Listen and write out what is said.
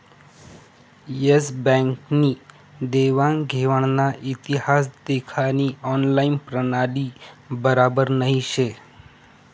S Bank नी देवान घेवानना इतिहास देखानी ऑनलाईन प्रणाली बराबर नही शे